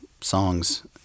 songs